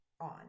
on